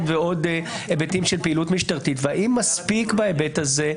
ועוד היבטים של פעילות משטרתית והאם מספיק בהיבט הזה,